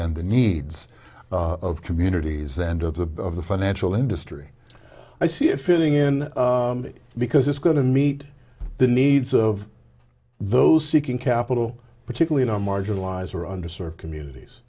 and the needs of communities and of the of the financial industry i see it fitting in it because it's going to meet the needs of those seeking capital particularly to marginalize or under served communities